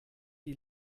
die